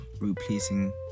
replacing